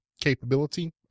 capability